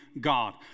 God